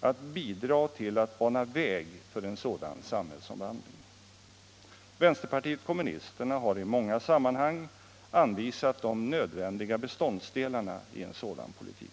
att bidra till att bana väg för en sådan samhällsomvandling. Vänsterpartiet kommunisterna har i många sammanhang anvisat de nödvändiga beståndsdelarna i en sådan politik.